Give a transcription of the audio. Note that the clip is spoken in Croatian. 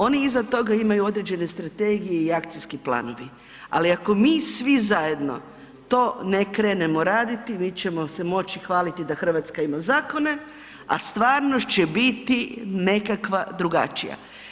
Oni iza toga imaju određene strategije i akcijski planovi ali ako mi svi zajedno to ne krenemo raditi, mi ćemo se moći hvaliti da Hrvatska ima zakona stvarnost će biti nekakva drugačije.